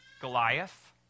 Goliath